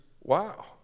wow